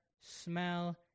smell